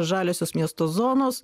žaliosios miesto zonos